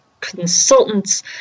consultants